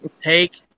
Take